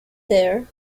there